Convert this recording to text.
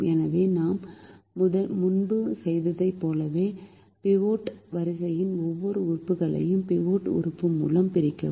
எனவே நாம் முன்பு செய்ததைப் போல பிவோட் வரிசையின் ஒவ்வொரு உறுப்புகளையும் பிவோட் உறுப்பு மூலம் பிரிக்கவும்